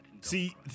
See